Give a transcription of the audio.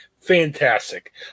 Fantastic